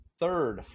third